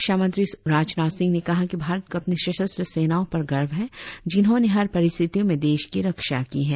रक्षामंत्री राजनाथ सिंह ने कहा कि भारत को अपनी सशस्त्र सेनाओं पर गर्व है जिन्होंने हर परिस्थितियों में देश की रक्षा की है